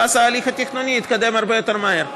ואז הליך התכנון יתקדם הרבה יותר מהר.